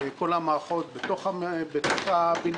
כל המערכות בתוך הבניין,